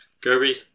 Kirby